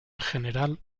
general